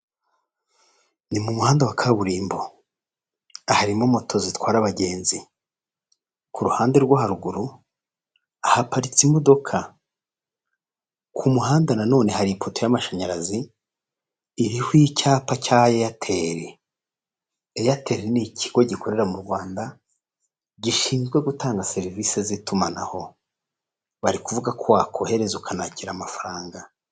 Ni mu muhanda wa kaburimbo, harimo moto zitwara abagenzi, ku ruhande rwo haruguru, haparitse imodoka, ku muhanda nanone hari ipoto y'amashanyarazi, iriho icyapa cya Airtel, Airtel ni ikigo gikorera mu Rwanda, gishinzwe gutanga serivisi z'itumanaho, bari kuvuga ko wakohereza, ukanakira amafaranga.